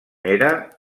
era